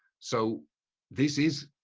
so this is,